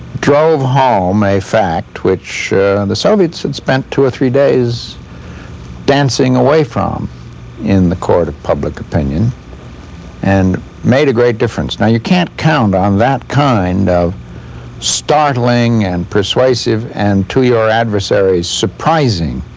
drove home a fact which and the soviets had spent two or three days dancing away from in the court of public opinion and made a great difference. now you can't count on that kind of startling and persuasive and to your adversary surprising